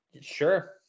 Sure